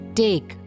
take